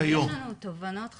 יש לנו תובנות חשובות.